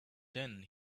then